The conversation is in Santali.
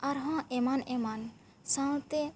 ᱟᱨ ᱦᱚᱸ ᱮᱢᱟᱱ ᱮᱢᱟᱱ ᱥᱟᱶᱛᱮ